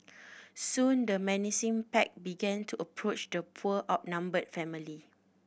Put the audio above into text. soon the menacing pack began to approach the poor outnumbered family